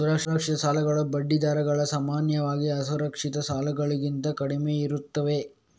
ಸುರಕ್ಷಿತ ಸಾಲಗಳ ಬಡ್ಡಿ ದರಗಳು ಸಾಮಾನ್ಯವಾಗಿ ಅಸುರಕ್ಷಿತ ಸಾಲಗಳಿಗಿಂತ ಕಡಿಮೆಯಿರುತ್ತವೆ